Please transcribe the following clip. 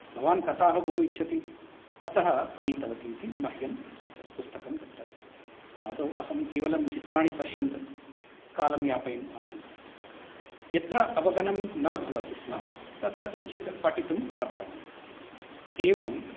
भवान् कथाः बहु इच्छति अतः आनीतवतीति मह्यं तत् पुस्तकं दत्तवती आदौ अहं केवलं चित्राणि पश्यन्त कालं यापयन् आसं यत्र अवगमनं न भवति स्म तत्र किञ्चित् पठितुम् आरब्धवान् एवं